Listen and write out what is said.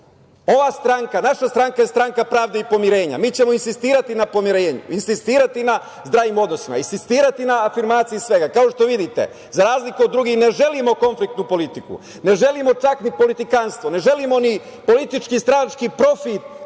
politika. Ova stranka, Stranka pravde i pomirenja, će insistirati na pomirenju, insistirati na zdravim odnosima, insistirati na afirmaciji svega. Kao što vidite, za razliku od drugih, ne želimo konfliktnu politiku, ne želimo čak ni politikanstvo, ne želimo ni politički, stranački profit